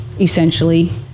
essentially